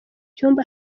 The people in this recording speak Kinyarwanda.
cyumba